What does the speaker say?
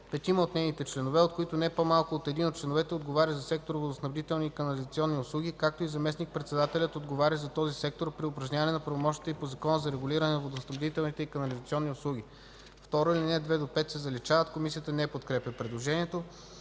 петима от нейните членове, от които не по-малко от един от членовете, отговарящ за сектор „Водоснабдителни и канализационни услуги, както и заместник-председателят, отговарящ за този сектор – при упражняване на правомощията й по Закона за регулиране на водоснабдителните и канализационните услуги.” 2. Алинеи 2 – 5 се заличават.” Комисията не подкрепя предложението.